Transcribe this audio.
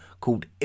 called